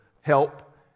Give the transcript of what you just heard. help